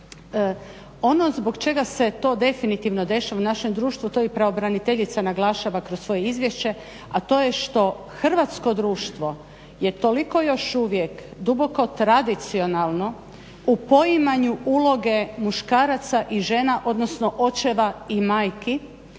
Ono zbog čega se to definitivno dešava u našem društvu a to i pravobraniteljica naglašava kroz svoje izvješće a to je što hrvatsko društvo je toliko još uvijek duboko tradicionalno u poimanju uloge muškaraca i žena odnosno očeva i majki